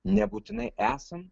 nebūtinai esam